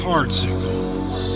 Particles